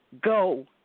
go